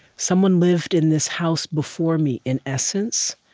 someone lived in this house before me, in essence.